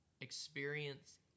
experience